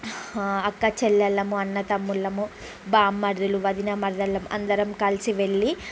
అక్క చెల్లెలము అన్నా తమ్ముళ్ళము బామ్మర్దులు వదిన మరదళ్ళము అందరం కలిసి వెళ్లి